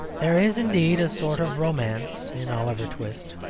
there is indeed a sort of romance in oliver twist,